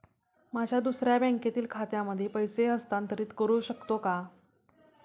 माझ्या दुसऱ्या बँकेतील खात्यामध्ये पैसे हस्तांतरित करू शकतो का?